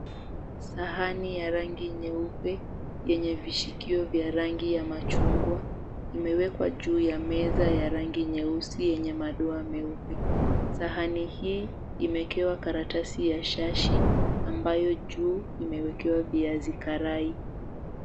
Sahani ya rangi nyeupe yenye vishikio vya rangi ya machungwa imewekwa juu ya meza ya rangi nyeusi yenye madoa meupe, sahani hii imewekewa karatasi ya shashi ambayo juu imewekewa viazi karai.